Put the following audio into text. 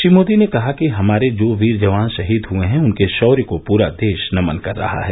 श्री मोदी ने कहा कि हमारे जो वीर जवान शहीद हुए हैं उनके शौर्य को पूरा देश नमन कर रहा है